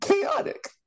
chaotic